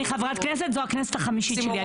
מהרגע שאני חברת כנסת, זו הכנסת החמישית שלי.